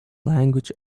language